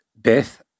death